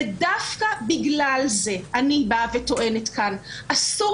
דווקא בגלל זה אני באה וטוענת כאן: אסור